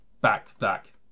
back-to-back